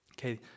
Okay